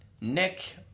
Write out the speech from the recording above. Nick